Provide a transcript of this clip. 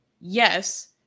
yes